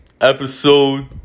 Episode